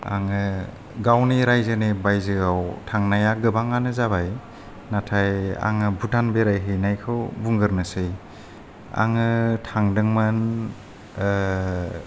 आङो गावनि रायजोनि बायजोआव थांनाया गोबाङानो जाबाय नाथाइ आङो भुटान बेरायहैनायखौ बुंगोरनोसै आङो थांदोंमोन